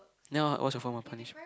then what's your form of punishment